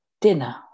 Dinner